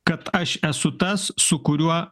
kad aš esu tas su kuriuo